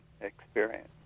experience